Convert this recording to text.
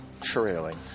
trailing